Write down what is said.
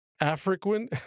African